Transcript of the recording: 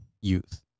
youth